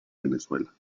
venezuela